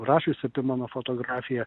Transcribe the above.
rašiusi apie mano fotografiją